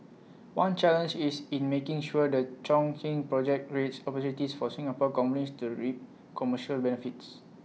one challenge is in making sure the Chongqing project creates opportunities for Singapore companies to reap commercial benefits